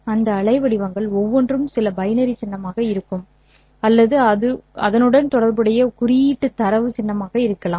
அந்த அலைவடிவங்கள் ஒவ்வொன்றும் சில பைனரி சின்னமாக இருக்கும் அல்லது அது அதனுடன் தொடர்புடைய குறியீட்டு தரவு சின்னமாக இருக்கலாம்